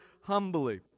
humbly